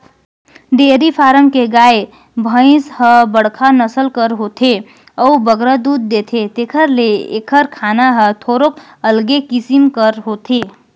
dairy farm के गाय, भंइस ह बड़खा नसल कर होथे अउ बगरा दूद देथे तेकर ले एकर खाना हर थोरोक अलगे किसिम कर होथे